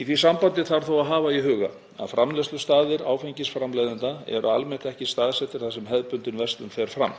Í því sambandi þarf þó að hafa í huga að framleiðslustaðir áfengisframleiðenda eru almennt ekki staðsettir þar sem hefðbundin verslun fer fram.